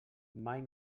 mai